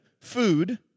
food